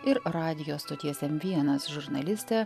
ir radijo stoties m vienas žurnalistę